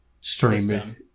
Streaming